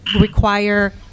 require